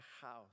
house